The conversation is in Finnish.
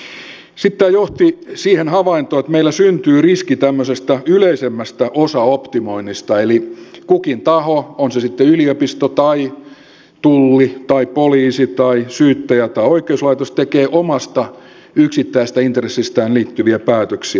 sitten tämä johti siihen havaintoon että meillä syntyy riski tämmöisestä yleisemmästä osaoptimoinnista eli kukin taho on se sitten yliopisto tai tulli tai poliisi tai syyttäjä tai oikeuslaitos tekee omasta yksittäisestä intressistään asioihin liittyviä päätöksiä